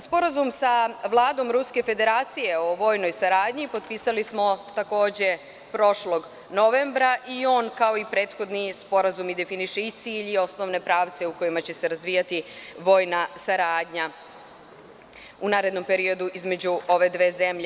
Sporazum sa Vladom Ruske Federacije o vojnoj saradnji potpisali smo takođe prošlog novembra i on kao i prethodni sporazum definiše i cilj i osnovne pravce u kojima će se razvijati vojna saradnja u narednom periodu između ove dve zemlje.